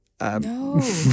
No